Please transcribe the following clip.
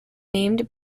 named